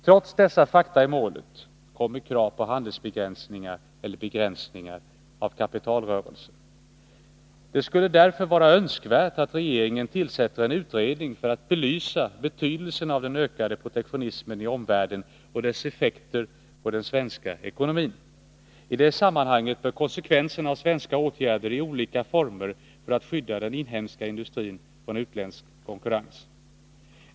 Trots dessa fakta i målet kommer krav på handelsbegränsningar eller begränsningar av kapitalrörelser. Det skulle därför vara önskvärt att regeringen tillsätter en utredning för att belysa betydelsen av den ökade protektionismen i omvärlden och dess effekter på den svenska ekonomin. I det sammanhanget bör konsekvenserna av svenska åtgärder i olika former för att skydda den inhemska industrin från utländsk konkurrens beaktas.